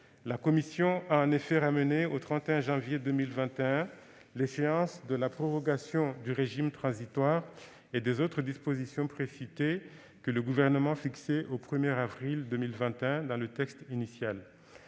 La commission a en effet ramené au 31 janvier 2021 l'échéance de la prorogation du régime transitoire et des autres dispositions précitées, que le Gouvernement avait fixée au 1 avril 2021 dans le texte initial.